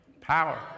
Power